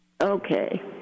Okay